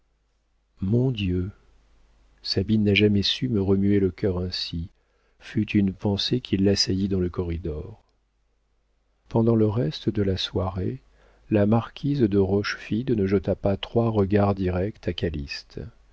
mon dieu sabine n'a jamais su me remuer le cœur ainsi fut une pensée qui l'assaillit dans le corridor pendant le reste de la soirée la marquise de rochefide ne jeta pas trois regards directs à